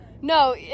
No